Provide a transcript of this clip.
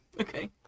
okay